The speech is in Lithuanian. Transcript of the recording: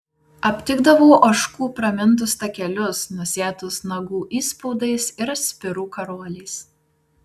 aptikdavau ožkų pramintus takelius nusėtus nagų įspaudais ir spirų karoliais